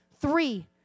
Three